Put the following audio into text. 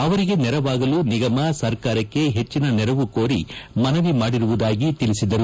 ಅವರಿಗೆ ನೆರೆವಾಗಲು ನಿಗಮ ಸರ್ಕಾರಕ್ಕೆ ಹೆಚ್ಚಿನ ನೆರವು ಕೋರಿ ಮನವಿ ಮಾಡಿರುವುದಾಗಿ ತಿಳಿಸಿದರು